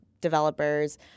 developers